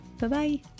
Bye-bye